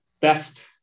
best